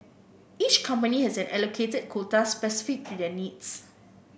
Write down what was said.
each company has an allocated quota specific to their needs